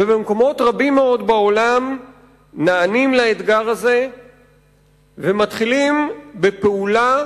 ובמקומות רבים בעולם נענים לאתגר הזה ומתחילים בפעולה